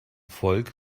volk